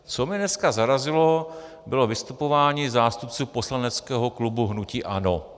Co mě dneska zarazilo, bylo vystupování zástupců poslaneckého klubu hnutí ANO.